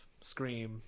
Scream